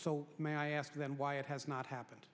so may i ask then why it has not happened